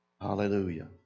Hallelujah